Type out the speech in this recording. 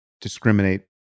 discriminate